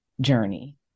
journey